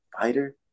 fighter